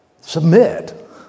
submit